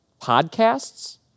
podcasts